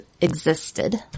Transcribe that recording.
existed